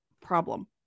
problem